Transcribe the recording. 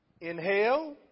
Inhale